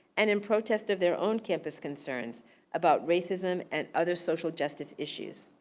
and in protest of their own campus concerns about racism and other social justice issues.